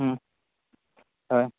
হয়